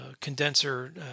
condenser